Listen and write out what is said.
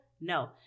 No